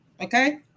okay